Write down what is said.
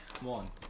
One